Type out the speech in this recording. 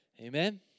Amen